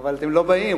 אבל אתם לא באים.